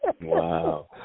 Wow